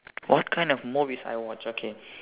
what kind of movies I watch okay